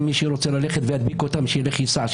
שילך,